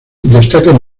destaca